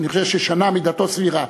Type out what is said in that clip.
אני חושב ששנה מידתו סבירה.